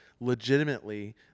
legitimately